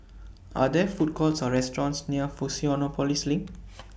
Are There Food Courts Or restaurants near Fusionopolis LINK